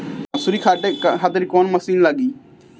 मसूरी काटे खातिर कोवन मसिन लागी?